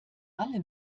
alle